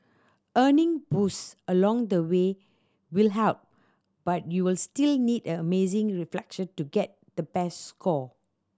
earning boost along the way will help but you'll still need amazing reflexes to get the best score